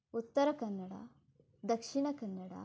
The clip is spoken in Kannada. ಉತ್ತರ ಕನ್ನಡ ದಕ್ಷಿಣ ಕನ್ನಡ